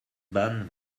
bahn